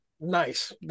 nice